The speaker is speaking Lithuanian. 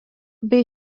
bei